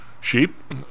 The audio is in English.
sheep